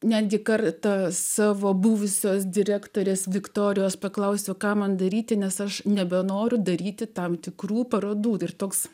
netgi kartą savo buvusios direktorės viktorijos paklausiau ką man daryti nes aš nebenoriu daryti tam tikrų parodų ir toks